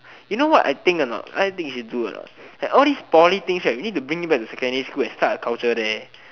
you know what I think or not what I think we should do all these poly things we should bring it back to the secondary school and start a counter